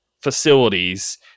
facilities